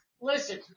Listen